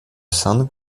sainte